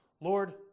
Lord